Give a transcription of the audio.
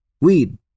weed